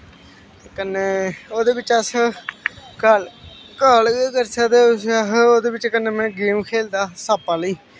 कन्नै ओह्दे बिच्च अस काल काल गै करी सकदे हे ओह्दे बिच्च कन्नै में गेम खेलदा हा सप्प आह्ली